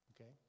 Okay